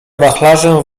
wachlarzem